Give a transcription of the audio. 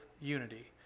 unity